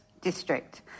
district